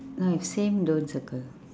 no if same don't circle